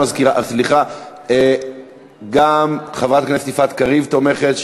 גם חברת הכנסת יפעת קריב תומכת,